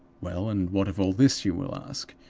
well, and what of all this? you will ask,